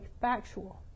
factual